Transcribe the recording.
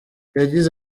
yagize